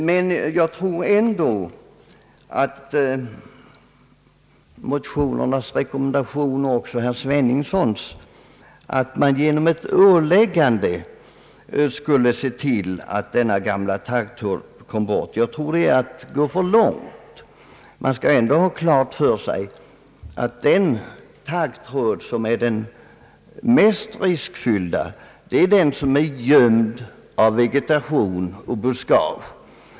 Men jag tror ändå att motionerna och herr Sveningssons rekommendation, att man genom ett åläggande skulle se till att denna taggtråd kom bort, innebär att man går för långt. Vi skall ha klart för oss att den taggtråd som är mest riskfylld är den som är gömd av vegetation och buskage.